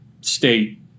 state